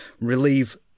relieve